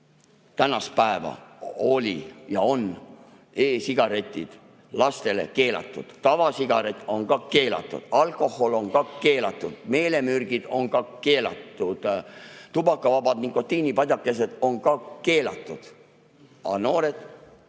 tänast päeva olid ja on e-sigaretid lastele keelatud. Tavasigaret on ka keelatud. Alkohol on ka keelatud. Meelemürgid on ka keelatud. Tubakavabad nikotiinipadjakesed on ka keelatud. Aga noored